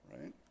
right